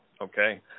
Okay